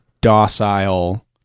docile